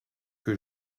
que